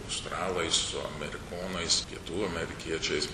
australais su amerikonais pietų amerikiečiais